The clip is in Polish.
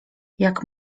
jak